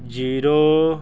zero